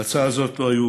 להצעה הזאת לא היו,